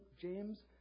James